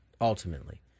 Ultimately